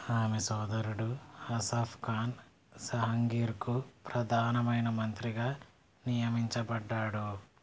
ఆమె సోదరుడు అసఫ్ ఖాన్ జహంగీర్కు ప్రధానమైన మంత్రిగా నియమించబడ్డాడు